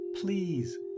Please